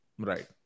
Right